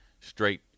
straight